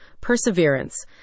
perseverance